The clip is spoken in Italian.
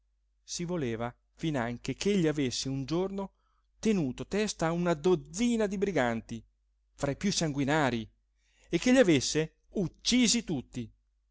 si voleva finanche ch'egli avesse un giorno tenuto testa a una dozzina di briganti fra i piú sanguinarii e che li avesse uccisi tutti